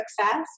success